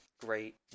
great